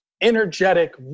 energetic